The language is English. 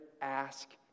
ask